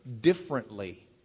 differently